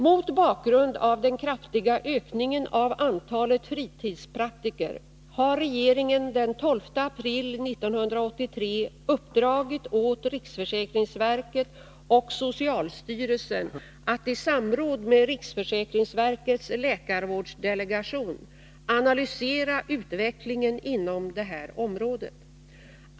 Mot bakgrund av den kraftiga ökningen av antalet fritidspraktiker har regeringen den 14 april 1983 uppdragit åt riksförsäkringsverket och socialstyrelsen att i samråd med riksförsäkringsverkets läkarvårdsdelegation analysera utvecklingen inom det här området.